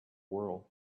world